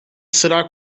será